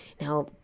Now